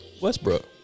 Westbrook